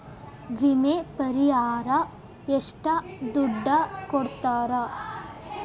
ವಿಮೆ ಪರಿಹಾರ ಎಷ್ಟ ದುಡ್ಡ ಕೊಡ್ತಾರ?